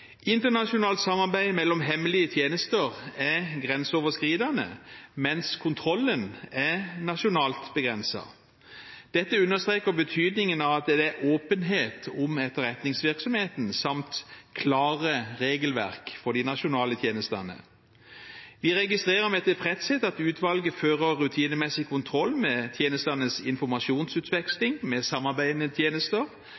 Internasjonalt samarbeid mellom hemmelige tjenester er grenseoverskridende, mens kontrollen er nasjonalt begrenset. Dette understreker betydningen av at det er åpenhet om etterretningsvirksomheten samt klare regelverk for de nasjonale tjenestene. Vi registrerer med tilfredshet at utvalget fører rutinemessig kontroll med tjenestenes informasjonsutveksling med samarbeidende tjenester,